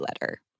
letter